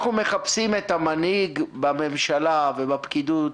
אנחנו מחפשים את המנהיג בממשלה ובפקידות